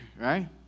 right